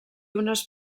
unes